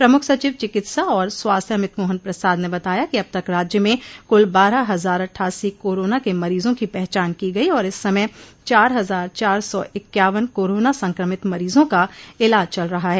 प्रमुख सचिव चिकित्सा और स्वास्थ्य अमित मोहन प्रसाद ने बताया कि अब तक राज्य में कुल बारह हजार अट्ठासी कोरोना के मरीजों की पहचान की गई और इस समय चार हजार चार सौ इक्यावन कोरोना संक्रमित मरीजों का इलाज चल रहा है